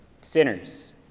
sinners